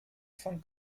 von